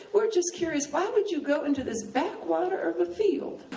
we're just curious, why would you go into this backwater of a field?